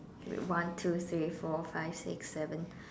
K wait one two three four five six seven